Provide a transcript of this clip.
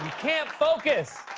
can't focus.